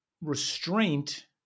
restraint